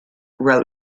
wrote